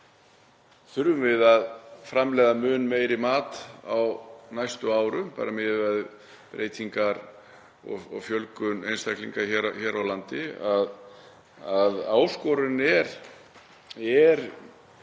þurfum við að framleiða mun meiri mat á næstu árum miðað við breytingar og fjölgun einstaklinga hér á landi. Áskorunin er